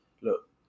look